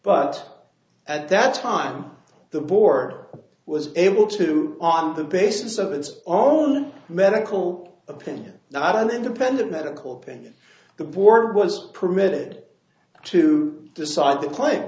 but at that time the board was able to on the basis of its own medical opinion not an independent medical opinion the board was permitted to decide the claim